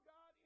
God